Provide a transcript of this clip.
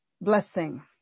blessing